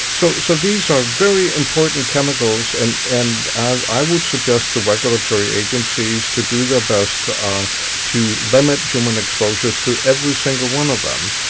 so so these are very important chemicals and and i would suggest to regulatory agencies to do their best to um to limit the human exposures to every single one of them.